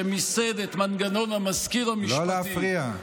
שמיסד את מנגנון המזכיר המשפטי, לא להפריע.